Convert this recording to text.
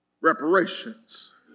reparations